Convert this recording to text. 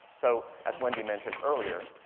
so, as wendy mentioned earlier,